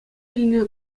илнӗ